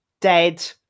dead